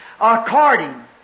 According